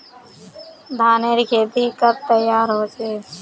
धानेर खेती कब तैयार होचे?